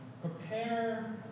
prepare